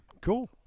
Cool